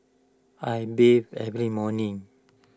I bathe every morning